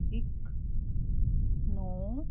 ਇੱਕ ਨੌਂ